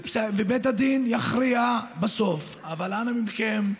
בית הדין יכריע בסוף, אבל אנא מכם,